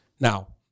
Now